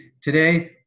today